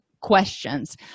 questions